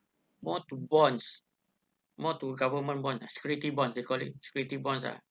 more to bonds more to government bond a security bond they call it security bonds ah